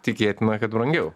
tikėtina kad brangiau